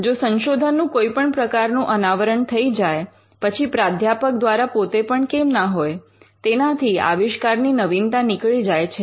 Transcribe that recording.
જો સંશોધનનું કોઈ પણ પ્રકારનો અનાવરણ થઈ જાય પછી પ્રાધ્યાપક દ્વારા પોતે પણ કેમ ના હોય તેનાથી આવિષ્કારની નવીનતા નીકળી જાય છે